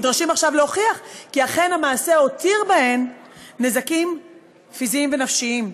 נדרשים עכשיו להוכיח כי אכן המעשה הותיר בהן נזקים פיזיים ונפשיים.